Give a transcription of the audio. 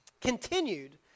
continued